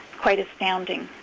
quite astounding.